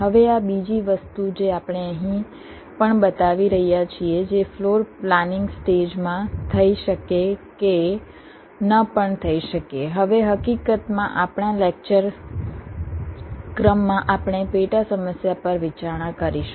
હવે આ બીજી વસ્તુ જે આપણે અહીં પણ બતાવી રહ્યા છીએ જે ફ્લોર પ્લાનિંગ સ્ટેજ માં થઈ શકે કે ન પણ થઈ શકે હવે હકીકતમાં આપણા લેક્ચર ક્રમમાં આપણે પેટા સમસ્યા પર વિચારણા કરીશું